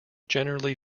generally